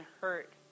hurt